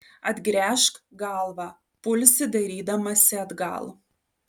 atgręžk galvą pulsi dairydamasi atgal